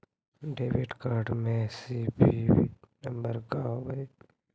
Debit card में CVV number का होव हइ?